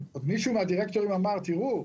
מישהו מהדירקטורים אמר: תראו,